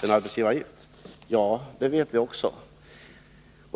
sade fru Håvik. Ja, det vet jag också.